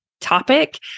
topic